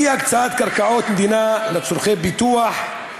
אי-הקצאת קרקעות מדינה לצורכי פיתוח,